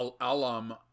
Alam